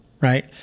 right